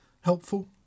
helpful